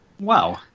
Wow